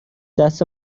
دست